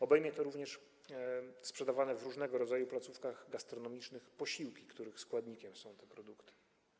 Obejmie to również sprzedawane w różnego rodzaju placówkach gastronomicznych posiłki, których składnikiem są te produkty.